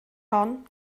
hon